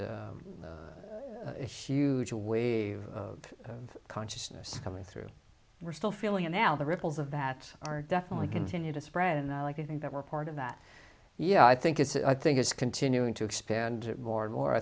e huge wave of consciousness coming through we're still feeling it now the ripples of that are definitely continue to spread and i like to think that we're part of that yeah i think it's i think it's continuing to expand more and more i